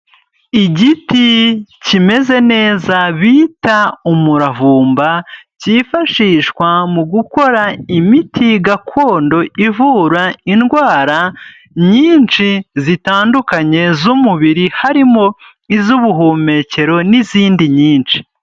Igiti kimeze neza bita umuravumba, cyifashishwa mu gukora imiti gakondo ivura indwara nyinshi zitandukanye z'umubiri, harimo iz'ubuhumekero n'izindi nyinshi.